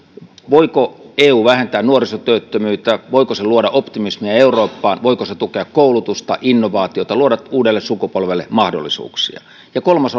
voiko eu vähentää nuorisotyöttömyyttä voiko se luoda optimismia eurooppaan voiko se tukea koulutusta innovaatioita luoda uudelle sukupolvelle mahdollisuuksia ja kolmas